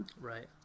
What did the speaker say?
Right